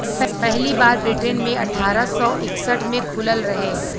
पहली बार ब्रिटेन मे अठारह सौ इकसठ मे खुलल रहे